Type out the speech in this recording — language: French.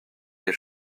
les